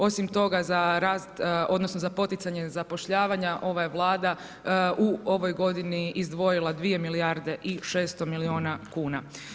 Osim toga, za rast odnosno za poticanje zapošljavanje ova je Vlada u ovoj godini izdvojila dvije milijarde i 600 miliona kuna.